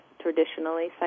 traditionally